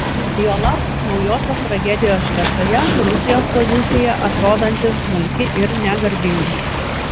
juolab naujosios tragedijos šviesoje rusijos pozicija atrodanti smulki ir negarbinga